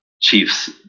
Chiefs